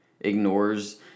ignores